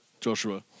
Joshua